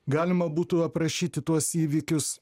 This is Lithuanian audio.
galima būtų aprašyti tuos įvykius